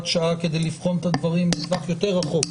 שעה כדי לבחון את הדברים בטווח יותר רחוק,